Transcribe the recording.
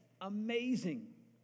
amazing